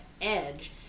edge